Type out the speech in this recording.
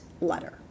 letter